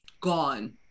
gone